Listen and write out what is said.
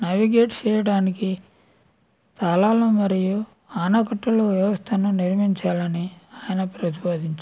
navigate చేయడానికి తాళాలు మరియు ఆనకట్టలు వ్యవస్థను నిర్మించాలని ఆయన ప్రతిపాదించాడు